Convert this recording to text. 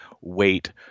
wait